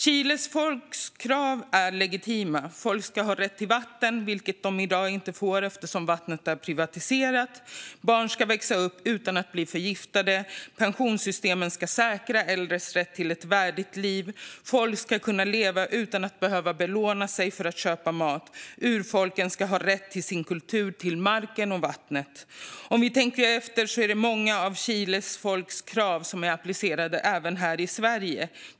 Chiles folks krav är legitima. Folk ska ha rätt till vatten, vilket de i dag inte har eftersom vattnet är privatiserat. Barn ska växa upp utan att bli förgiftade. Pensionssystemen ska säkra äldres rätt till ett värdigt liv. Folk ska kunna leva utan att behöva belåna sig för att köpa mat. Urfolken ska ha rätt till sin kultur, mark och vatten. Om vi tänker efter är det många av Chiles folks krav som är applicerbara även här i Sverige.